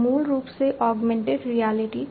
तो मूल रूप से ऑगमेंटेड रियलिटी